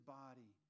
body